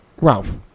Ralph